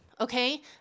okay